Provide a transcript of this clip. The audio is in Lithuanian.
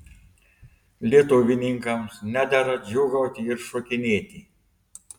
lietuvininkams nedera džiūgauti ir šokinėti